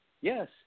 Yes